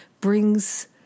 Brings